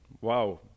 Wow